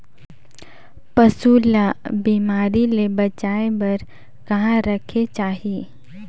पशु ला बिमारी ले बचाय बार कहा रखे चाही?